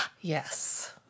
Yes